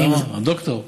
למה, הדוקטור.